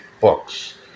books